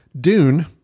Dune